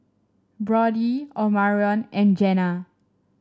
Brodie Omarion and Jena